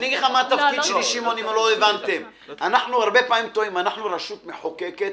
שמעון, אנחנו רשות מחוקקת.